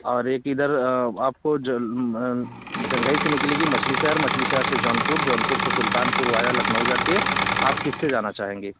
और एक इधर आपको जंघई से निकलेगी मछली शहर मछली शहर से जौनपुर जौनपुर से सुल्तानपुर वाया लखनऊ जाती है आप किससे जाना चाहेंगे